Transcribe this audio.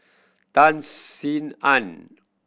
Tan Sin Aun